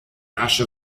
asche